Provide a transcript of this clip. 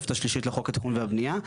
לתוספת השלישית לחוק התכנון והבנייה.